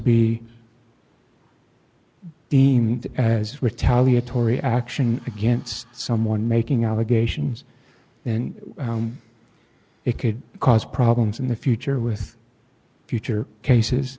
deemed as retaliatory action against someone making allegations then it could cause problems in the future with future cases